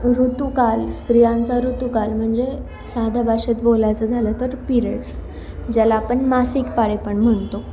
ऋतूकाल स्त्रियांचा ऋतूकाल म्हणजे साध्या भाषेत बोलायचं झालं तर पिरेड्स ज्याला आपण मासिक पाळी पण म्हणतो